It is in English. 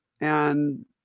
and-